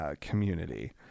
community